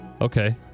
Okay